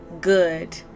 good